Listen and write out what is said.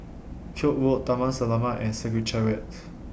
Koek Road Taman Selamat and Secretariat